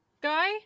guy